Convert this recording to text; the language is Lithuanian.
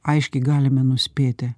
aiškiai galime nuspėti